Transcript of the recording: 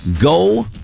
Go